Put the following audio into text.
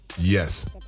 Yes